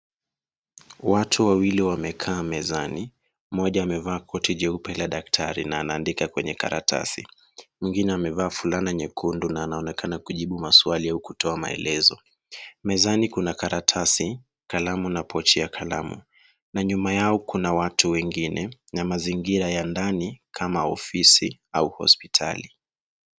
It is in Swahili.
Watu wawili wamekaa mezani, mmoja amevaa koti jeupe la daktari na anaandika kwenye karatasi. Mwingine amevaa fulana nyekundu na anaonekana kujibu maswali au kutoa maelezo. Mezani kuna karatasi, kalamu na pochi ya kalamu na nyuma yao kuna watu wengine na mazingira ya ndani kama ofisi au hospitali.